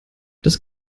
das